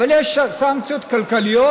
אבל יש סנקציות כלכליות,